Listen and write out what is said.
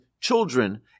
children